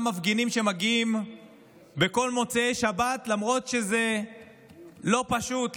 מפגינים שמגיעים בכל מוצאי שבת למרות שזה לא פשוט,